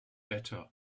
better